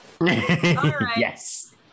Yes